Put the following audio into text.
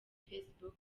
facebook